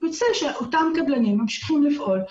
ויוצא שאותם קבלנים ממשיכים לפעול,